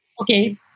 Okay